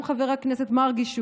גם חבר הכנסת מרגי,